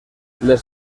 les